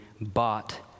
bought